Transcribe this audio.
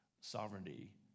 sovereignty